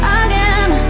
again